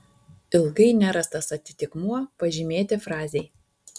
ilgai nerastas atitikmuo pažymėti frazei